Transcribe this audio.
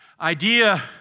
idea